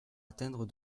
atteindre